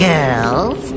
Girls